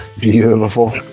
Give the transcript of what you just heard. beautiful